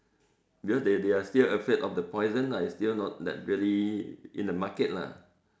because they they are still afraid of the poison lah it's still not like really in the market lah